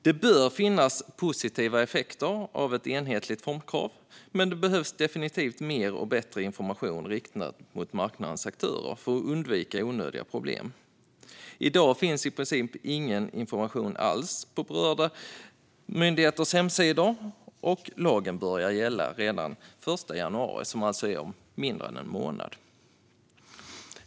De bör finnas positiva effekter av ett enhetligt formkrav, men det behövs definitivt mer och bättre information riktad mot marknadens aktörer för att undvika onödiga problem. I dag finns i princip ingen information alls på berörda myndigheters hemsidor, och lagen börjar gälla redan den 1 januari, alltså om mindre än en månad.